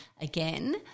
again